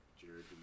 Jared